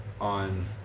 on